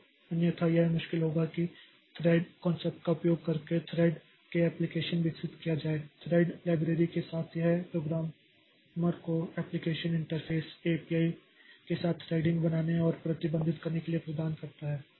तो अन्यथा यह मुश्किल होगा कि थ्रेड कॉन्सेप्ट का उपयोग करके थ्रेड के एप्लिकेशन विकसित किया जाए थ्रेड लाइब्रेरी के साथ यह प्रोग्रामर को एप्लिकेशन इंटरफ़ेस एपीआई के साथ थ्रेडिंग बनाने और प्रबंधित करने के लिए प्रदान करता है